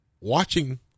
watching